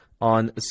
on